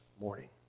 morning